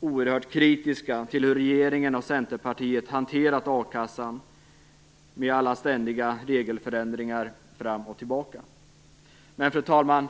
oerhört kritiska till hur regeringen och Centerpartiet har hanterat a-kassan med ständiga regelförändringar fram och tillbaka. Fru talman!